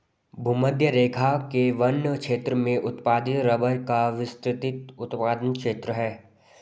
भूमध्यरेखा के वन क्षेत्र में उत्पादित रबर का विस्तृत उत्पादन क्षेत्र है